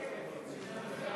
נתקבלה.